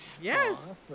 Yes